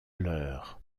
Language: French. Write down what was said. l’heure